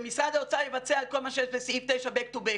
שמשרד האוצר יבצע את כל מה שיש לסעיף 9 back to back.